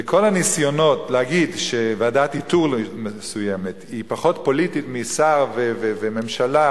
וכל הניסיונות להגיד שוועדת איתור מסוימת היא פחות פוליטית משר וממשלה,